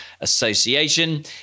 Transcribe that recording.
Association